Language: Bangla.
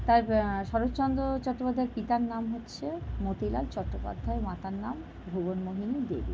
তার শরৎচন্দ চট্টোপাধ্যায়ের পিতার নাম হচ্ছে মতিলাল চট্টোপাধ্যায় মাতার নাম ভুবনমোহিনী দেবী